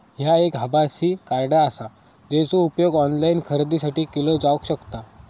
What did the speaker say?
ह्या एक आभासी कार्ड आसा, जेचो उपयोग ऑनलाईन खरेदीसाठी केलो जावक शकता